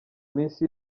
minsi